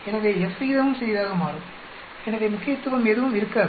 எனவே F விகிதமும் சிறியதாக மாறும்எனவே முக்கியத்துவம் எதுவும் இருக்காது